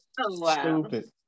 Stupid